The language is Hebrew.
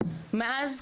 מאז,